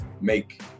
make